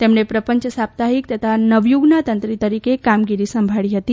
તેમણે પ્રપંચ સાપ્તાહિક તથા નવયુગના તંત્રી તરીકે કામગીરી સંભાળી હતી